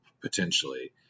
potentially